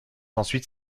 ensuite